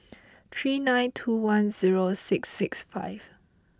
three nine two one zero six six five